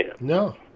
No